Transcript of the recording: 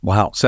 Wow